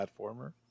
Platformer